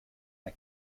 the